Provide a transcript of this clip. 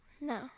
No